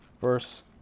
Verse